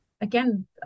again